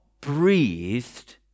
breathed